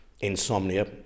insomnia